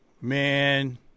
man